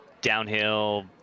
downhill